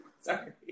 sorry